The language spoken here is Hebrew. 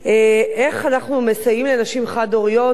איך אנחנו מסייעים לנשים חד-הוריות,